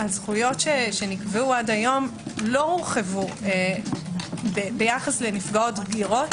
הזכויות שנקבעו עד היום לא הורחבו ביחס לנפגעות בגירות,